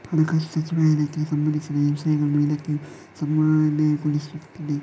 ಹಣಕಾಸು ಸಚಿವಾಲಯಕ್ಕೆ ಸಂಬಂಧಿಸಿದ ವಿಷಯಗಳನ್ನು ಇಲಾಖೆಯು ಸಮನ್ವಯಗೊಳಿಸುತ್ತಿದೆ